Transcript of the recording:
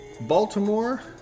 Baltimore